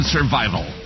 Survival